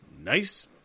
nice